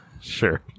Sure